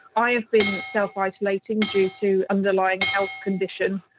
i have been self-isolating due to underlying health condition,